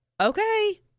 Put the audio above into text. okay